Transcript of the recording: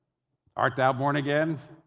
art thou born again?